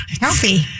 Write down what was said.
healthy